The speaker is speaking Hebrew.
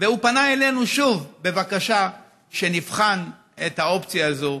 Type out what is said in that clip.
הוא פנה אלינו שוב בבקשה שנבחן את האופציה הזאת,